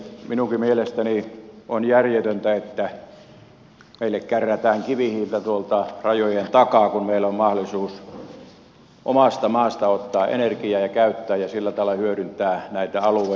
minunkin mielestäni on järjetöntä että meille kärrätään kivihiiltä tuolta rajojen takaa kun meillä on mahdollisuus omasta maasta ottaa energiaa ja käyttää ja sillä tavalla hyödyntää näitä alueita